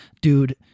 dude